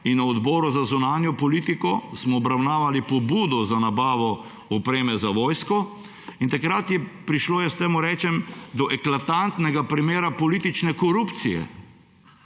na Odboru za zunanjo politiko pa smo obravnavali pobudo za nabavo opreme za vojsko in takrat je prišlo – jaz temu rečem – do eklatantnega primera politične korupcije.